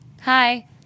Hi